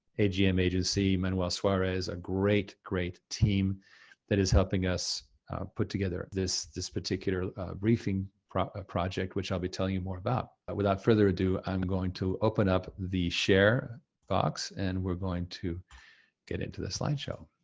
agm agency, manuel suarez. a great, great team that is helping us put together this this particular briefing project, which i'll be telling you more about. but without further ado, i'm going to open up the share box and we're going to get into the slideshow.